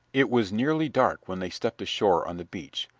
it was nearly dark when they stepped ashore on the beach.